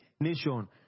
nation